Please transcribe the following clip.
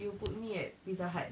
you put me at pizza hut